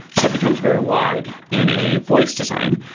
so it becomes very wide in a voice design.